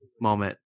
moment